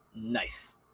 Nice